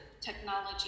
technology